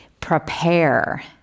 prepare